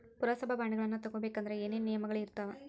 ಪುರಸಭಾ ಬಾಂಡ್ಗಳನ್ನ ತಗೊಬೇಕಂದ್ರ ಏನೇನ ನಿಯಮಗಳಿರ್ತಾವ?